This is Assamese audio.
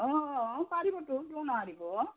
অঁঁ পাৰিবতো কিয় নোৱাৰিব